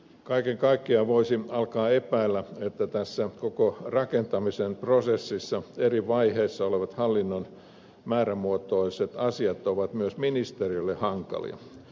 kaiken kaikkiaan voisin alkaa epäillä että tässä koko rakentamisen prosessissa eri vaiheissa olevat hallinnon määrämuotoiset asiat ovat myös ministeriölle hankalia